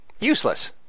Useless